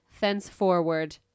thenceforward